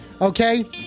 Okay